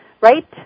right